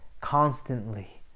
constantly